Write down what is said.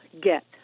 get